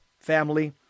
family